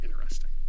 interesting